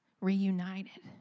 reunited